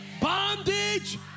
bondage